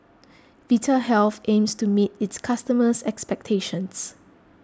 Vitahealth aims to meet its customers' expectations